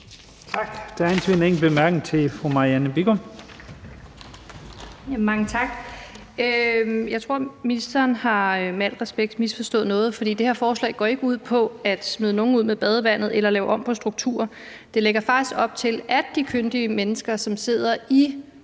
til fru Marianne Bigum. Kl. 15:11 Marianne Bigum (SF): Mange tak. Jeg tror, med al respekt, at ministeren har misforstået noget, for det her forslag går ikke ud på at smide nogen ud med badevandet eller lave om på strukturer. Det lægger faktisk op til, at de kyndige mennesker, som sidder i